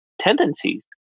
tendencies